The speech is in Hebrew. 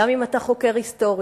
גם אם אתה חוקר היסטורי,